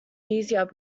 easier